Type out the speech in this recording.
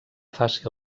faci